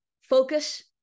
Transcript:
Focus